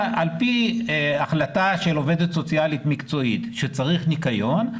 על פי החלטה של עובדת סוציאלית מקצועית שצריך ניקיון,